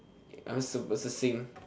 I'm supposed to sing